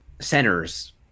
centers